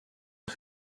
kas